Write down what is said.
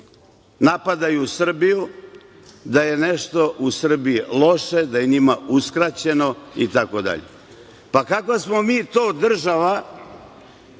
napadaju Srbiju da je nešto u Srbiji loše, da je njima uskraćeno itd. Pa kakva smo mi to država,